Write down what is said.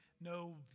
no